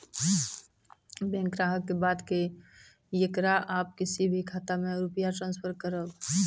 Bank ग्राहक के बात की येकरा आप किसी भी खाता मे रुपिया ट्रांसफर करबऽ?